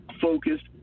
focused